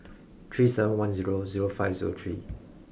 three seven one zero zero five zero three